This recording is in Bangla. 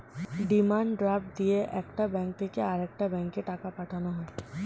ডিমান্ড ড্রাফট দিয়ে একটা ব্যাঙ্ক থেকে আরেকটা ব্যাঙ্কে টাকা পাঠানো হয়